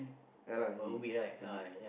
ya lah he do we